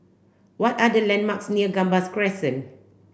what are the landmarks near Gambas Crescent